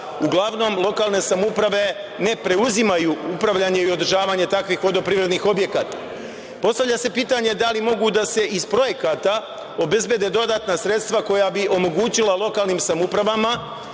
uglavnom lokalne samouprave ne preuzimaju upravljanje i održavanje takvih vodoprivrednih objekata. Postavlja se pitanje da li mogu da se iz projekata obezbede dodatna sredstva koja bi omogućila lokalnim samoupravama